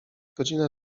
godzina